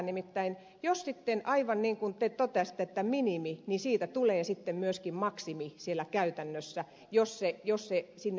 nimittäin jos sitten aivan niin kuin te totesitte säädetään minimi niin siitä tulee sitten myöskin maksimi siellä käytännössä jos se sinne merkitään